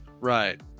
right